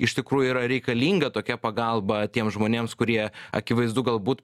iš tikrųjų yra reikalinga tokia pagalba tiem žmonėms kurie akivaizdu galbūt